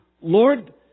Lord